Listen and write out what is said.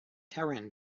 taran